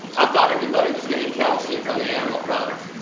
i thought everybody was getting calcium from the animal products.